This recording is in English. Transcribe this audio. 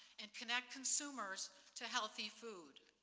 and connect consumers to healthy food.